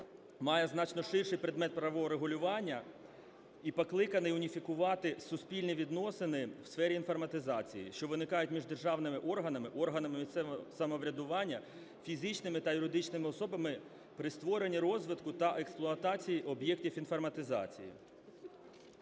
має значно ширший предмет правового регулювання і покликаний уніфікувати суспільні відносини в сфері інформатизації, що виникають між державними органами, органами місцевого самоврядування, фізичними та юридичними особами при створенні, розвитку та експлуатації об'єктів інформатизації.